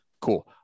Cool